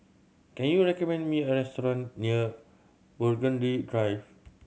can you recommend me a restaurant near Burgundy Drive